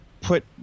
put